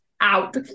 Out